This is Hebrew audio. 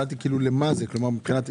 למה זה מיועד?